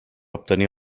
obtenir